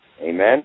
Amen